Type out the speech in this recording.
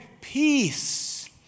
peace